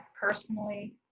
personally